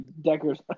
Decker's